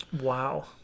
Wow